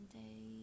day